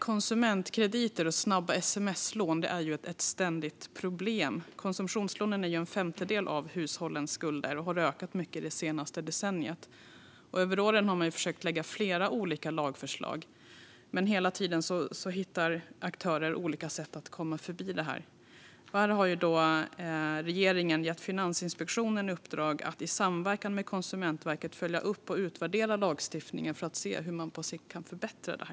Konsumentkrediter och snabba sms-lån är ett ständigt problem. Konsumtionslånen utgör en femtedel av hushållens skulder och har ökat mycket det senaste decenniet. Under åren har man försökt lägga fram flera olika lagförslag, men aktörerna hittar hela tiden olika sätt att komma förbi dem. Här har regeringen gett Finansinspektionen i uppdrag att i samverkan med Konsumentverket följa upp och utvärdera lagstiftningen för att se hur man på sikt kan förbättra detta.